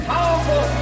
Powerful